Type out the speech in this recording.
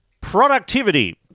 Productivity